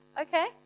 okay